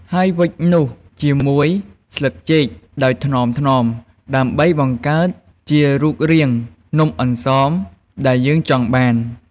ហើយវេចនោះជាមួយស្លឹកចេកដោយថ្នមៗ ដើម្បីបង្កើតជារូបរាងនំអន្សមដែលយើងចង់បាន។